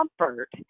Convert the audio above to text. comfort